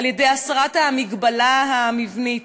על-ידי הסרת המגבלה המבנית